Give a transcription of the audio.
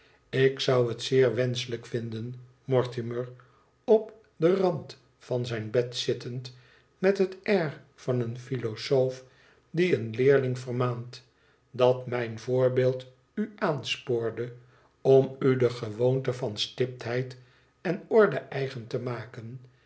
ik zou het zeer wenschelijk vinden mortimer op den rand van zijn bed zittend met het air van een philosoof die een leerling vermaant dat mijn voorbeeld u aanspoorde om u de gewoonte van stiptheid en orde eigen te maken